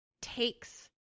takes